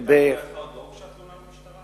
למיטב ידיעתך עוד לא הוגשה תלונה למשטרה?